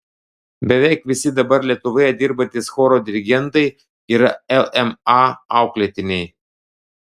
beveik visi dabar lietuvoje dirbantys choro dirigentai yra lma auklėtiniai